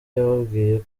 yababwiye